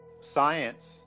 Science